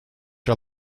are